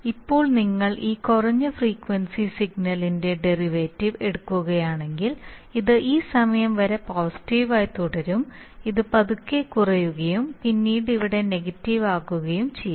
ഇപ്പോൾ നിങ്ങൾ ഈ കുറഞ്ഞ ഫ്രീക്വൻസി സിഗ്നലിന്റെ ഡെറിവേറ്റീവ് എടുക്കുകയാണെങ്കിൽ ഇത് ഈ സമയം വരെ പോസിറ്റീവായി തുടരും അത് പതുക്കെ കുറയുകയും പിന്നീട് ഇവിടെ നെഗറ്റീവ് ആകുകയും ചെയ്യും